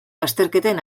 azterketen